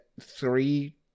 three